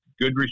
good